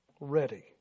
Ready